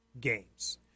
games